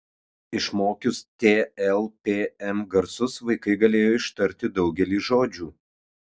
išmokius t l p m garsus vaikai galėjo ištarti daugelį žodžių